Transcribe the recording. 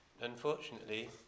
Unfortunately